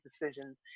decisions